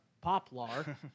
Poplar